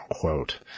quote